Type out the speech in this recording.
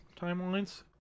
timelines